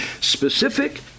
specific